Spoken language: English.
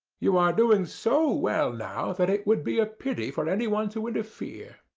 you are doing so well now that it would be a pity for anyone to interfere.